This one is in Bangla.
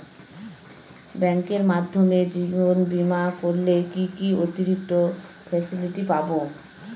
ব্যাংকের মাধ্যমে জীবন বীমা করলে কি কি অতিরিক্ত ফেসিলিটি পাব?